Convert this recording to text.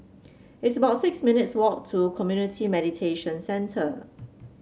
it's about six minutes' walk to Community Mediation Centre